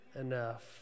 enough